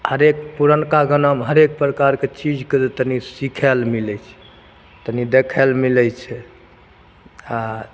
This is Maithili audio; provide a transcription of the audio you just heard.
हरेक पुरनका गानामे हरेक प्रकारके चीजके जे तनी सीखै लए मिलै छै तनी देखै लए मिलै छै आ